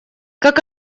как